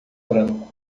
branco